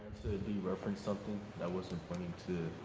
dereference something that wasn't pointing to